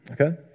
Okay